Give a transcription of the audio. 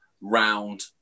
round